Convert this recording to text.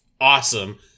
awesome